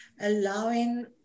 allowing